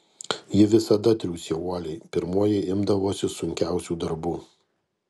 ji visada triūsė uoliai pirmoji imdavosi sunkiausių darbų